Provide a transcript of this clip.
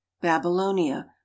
Babylonia